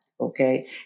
okay